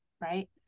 right